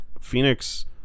Phoenix